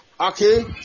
Okay